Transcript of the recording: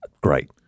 Great